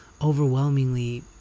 overwhelmingly